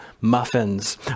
muffins